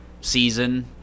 season